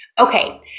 Okay